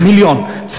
מיליון,